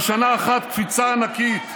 בשנה אחת קפיצה ענקית.